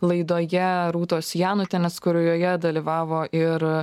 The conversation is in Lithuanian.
laidoje rūtos janutienės kurioje dalyvavo ir